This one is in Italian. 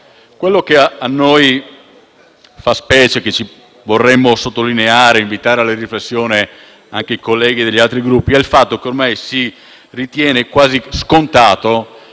Quello che ci fa specie e che pertanto vorremmo sottolineare, invitando alla riflessione anche i colleghi degli altri Gruppi, è il fatto che ormai si ritenga quasi scontato